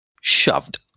shoved